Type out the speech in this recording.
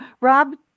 Rob